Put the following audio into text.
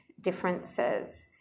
differences